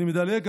אני מדלג.